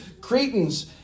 Cretans